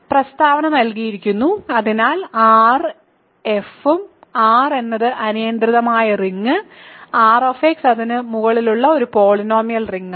പ്രസ്താവന നൽകിയിരിക്കുന്നു അതിനാൽ R ഉം f ഉം R എന്നത് അനിയന്ത്രിതമായ റിങ് Rx അതിന് മുകളിലുള്ള ഒരു പോളിനോമിയൽ റിംഗ് ആണ്